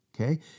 Okay